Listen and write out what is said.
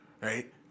Right